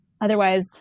otherwise